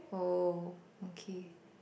oh okay